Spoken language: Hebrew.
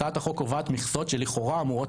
הצעת החוק קובעת מכסות שלכאורה אמורות